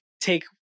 take